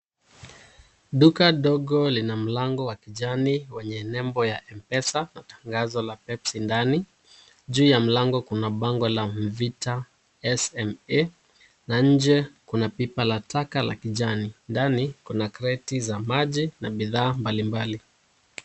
Duka dogo lina mlango wa kijani lenye nembo ya M-PESA na tangazo la pepsi ndani. Juu ya mlango kuna bango ya MVITA SMA na nje kuna pipa la taka la kijani. Ndani kuna kreti za maji na bidhaa mbalimbali.